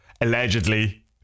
allegedly